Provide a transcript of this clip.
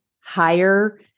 higher